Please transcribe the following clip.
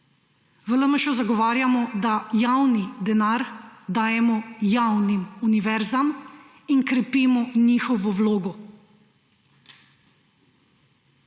V LMŠ zagovarjamo, da javni denar dajemo javnim univerzam in krepimo njihovo vlogo.